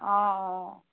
অঁ অঁ